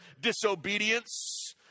disobedience